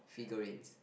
figurines